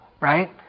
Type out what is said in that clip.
right